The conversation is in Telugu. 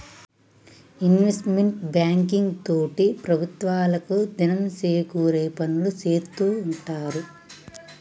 ఇన్వెస్ట్మెంట్ బ్యాంకింగ్ తోటి ప్రభుత్వాలకు దినం సేకూరే పనులు సేత్తూ ఉంటారు